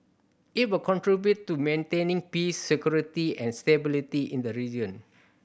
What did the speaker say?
it will contribute to maintaining peace security and stability in the region